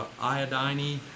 iodine-y